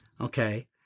Okay